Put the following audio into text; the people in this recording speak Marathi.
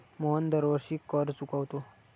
मोहन दरवर्षी कर चुकवतो